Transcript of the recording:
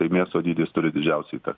tai miesto dydis turi didžiausią įtaką